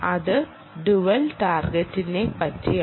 അത് ഡുവൽ ടാർഗറ്റിനെ പറ്റിയാണ്